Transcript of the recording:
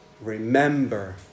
remember